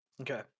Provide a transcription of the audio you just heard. Okay